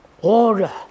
order